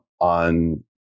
on